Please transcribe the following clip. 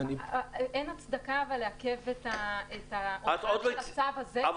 אבל אין הצדקה לעכב את המצב הזה -- אבל